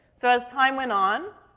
so as time went on,